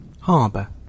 Harbour